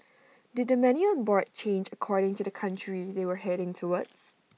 did the menu on board change according to the country they were heading towards